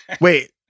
Wait